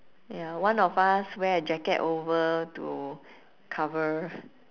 ya one of us wear a jacket over to cover